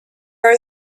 are